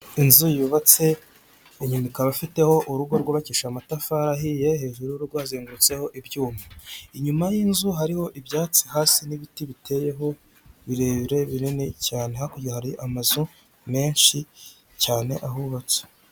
Inzu yubatse inyuma ikaba ifiteho urugo rwubakishije amatafari ahiye, hejuru y'urugo rwazengurutseho ibyuma, inyuma y'inzu hariho ibyatsi hasi n'ibiti biteyeho birebire binini cyane, hakurya hari amazu menshi cyane ahubatse.